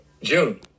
June